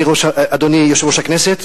אדוני יושב-ראש הכנסת,